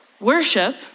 Worship